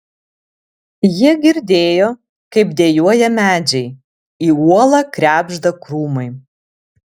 jie girdėjo kaip dejuoja medžiai į uolą krebžda krūmai